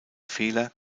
fehler